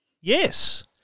Yes